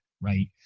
right